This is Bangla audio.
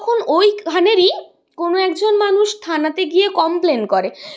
তখন ওইখানেরই কোনো একজন মানুষ থানাতে গিয়ে কমপ্লেন করে